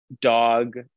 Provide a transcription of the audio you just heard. dog